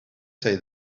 say